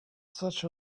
such